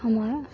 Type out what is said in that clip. हमा